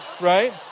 Right